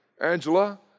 Angela